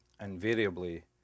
Invariably